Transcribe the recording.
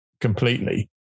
completely